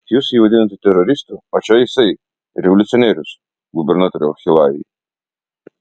jūs jį vadinate teroristu o čia jisai revoliucionierius gubernatoriau hilai